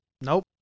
Nope